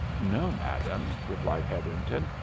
no, madam, replied hetherington.